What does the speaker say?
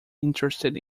interested